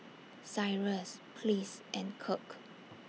Cyrus Pleas and Kirk